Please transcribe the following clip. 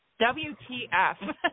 WTF